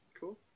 Cool